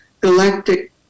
galactic